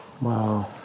Wow